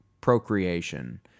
procreation